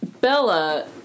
Bella